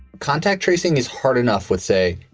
contact tracing is hard enough with, say,